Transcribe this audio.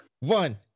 One